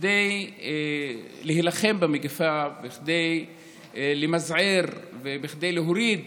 כדי להילחם במגפה, כדי למזער וכדי להוריד